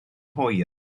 hwyr